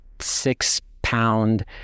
six-pound